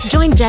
Join